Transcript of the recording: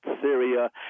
Syria